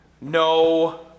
no